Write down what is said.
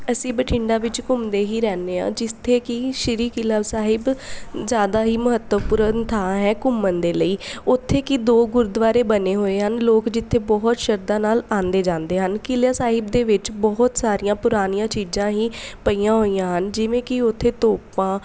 ਅਸੀਂ ਬਠਿੰਡਾ ਵਿੱਚ ਘੁੰਮਦੇ ਹੀ ਰਹਿੰਦੇ ਹਾਂ ਜਿੱਥੇ ਕਿ ਸ਼੍ਰੀ ਕਿਲ੍ਹਾ ਸਾਹਿਬ ਜ਼ਿਆਦਾ ਹੀ ਮਹੱਤਵਪੂਰਨ ਥਾਂ ਹੈ ਘੁੰਮਣ ਦੇ ਲਈ ਉੱਥੇ ਕਿ ਦੋ ਗੁਰਦੁਆਰੇ ਬਣੇ ਹੋਏ ਹਨ ਲੋਕ ਜਿੱਥੇ ਬਹੁਤ ਸ਼ਰਧਾ ਨਾਲ ਆਉਂਦੇ ਜਾਂਦੇ ਹਨ ਕਿਲ੍ਹੇ ਸਾਹਿਬ ਦੇ ਵਿੱਚ ਬਹੁਤ ਸਾਰੀਆਂ ਪੁਰਾਣੀਆਂ ਚੀਜ਼ਾਂ ਹੀ ਪਈਆਂ ਹੋਈਆਂ ਹਨ ਜਿਵੇਂ ਕਿ ਉੱਥੇ ਤੋਪਾਂ